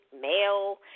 male